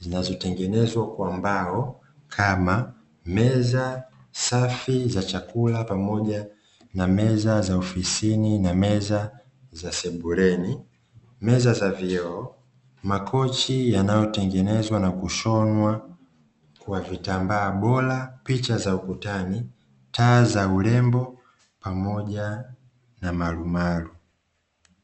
zinazotengenezwa kwa mbao kama meza safi za chakula pamoja na meza za ofisini na meza za sebuleni, meza za vioo, makochi yanayotengenezwa na kushonwa kwa vitambaa bora, picha za ukutani, taa za urembo pamoja na marumaru.